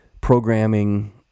programming